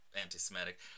anti-Semitic